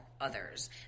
others